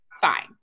Fine